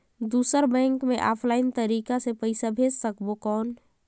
दुसर बैंक मे ऑफलाइन तरीका से पइसा भेज सकबो कौन?